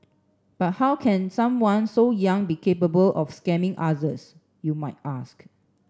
but how can someone so young be capable of scamming others you might ask